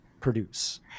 produce